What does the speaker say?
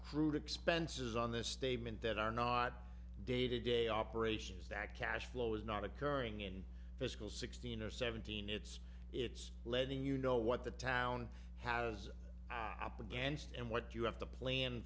crude expenses on this statement that are not day to day operations that cash flow is not occurring in fiscal sixteen or seventeen it's it's letting you know what the town has op against and what you have to plan